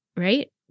Right